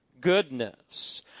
goodness